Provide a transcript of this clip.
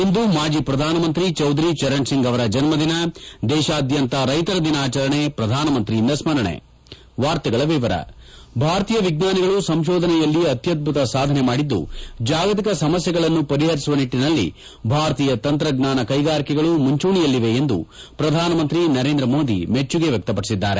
ಇಂದು ಮಾಜಿ ಪ್ರಧಾನಮಂತ್ರಿ ಚೌಧರಿ ಚರಣ್ಸಿಂಗ್ ಅವರ ಜನ್ಮದಿನ ದೇಶಾದ್ಯಂತ ರೈತರ ದಿನ ಆಚರಣೆ ಪ್ರಧಾನಮಂತ್ರಿಯಿಂದ ಸ್ಮರಣೆ ಭಾರತೀಯ ವಿಜ್ಞಾನಿಗಳು ಸಂಶೋಧನೆಯಲ್ಲಿ ಅತ್ಯದ್ಬುತ ಸಾಧನೆಯನ್ನು ಮಾಡಿದ್ದು ಜಾಗತಿಕ ಸಮಸ್ಯೆಗಳನ್ನು ಪರಿಹರಿಸುವ ನಿಟ್ಟಿನಲ್ಲಿ ಭಾರತೀಯ ತಂತ್ರಜ್ಞಾನ ಕೈಗಾರಿಕೆಗಳು ಮುಂಚೂಣಿಯಲ್ಲಿವೆ ಎಂದು ಪ್ರಧಾನ ಮಂತ್ರಿ ನರೇಂದ್ರ ಮೋದಿ ಮೆಚ್ಚುಗೆ ವ್ಯಕ್ತಪಡಿಸಿದ್ದಾರೆ